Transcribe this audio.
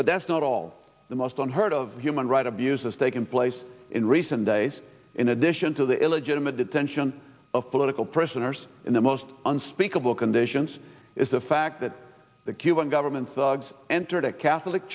but that's not all the most on heard of human right abuses taken place in recent days in addition to the illegitimate detention of political prisoners in the most unspeakable conditions is the fact that the cuban government thugs entered a catholic